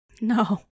No